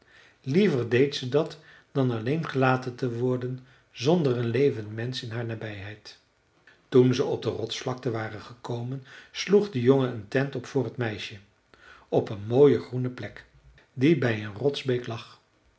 liever deed ze dat dan alleen gelaten te worden zonder een levend mensch in haar nabijheid toen ze op de rotsvlakten waren gekomen sloeg de jongen een tent op voor t meisje op een mooie groene plek die bij een rotsbeek lag